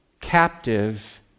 captive